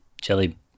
Jelly